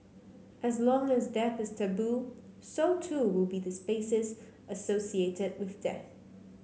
as long as death is taboo so too will be the spaces associated with death